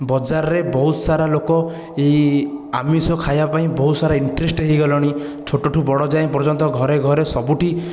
ବଜାରରେ ବହୁତ ସାରା ଲୋକ ଏହି ଆମିଷ ଖାଇବା ପାଇଁ ବହୁତସାରା ଇଣ୍ଟରେଷ୍ଟ ହୋଇ ଗଲେଣି ଛୋଟ ଠୁ ବଡ଼ ଯାଏ ପର୍ଯ୍ୟନ୍ତ ଘରେ ଘରେ ସବୁଠି